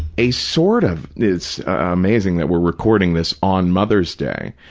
a sort of, it's amazing that we're recording this on mother's day,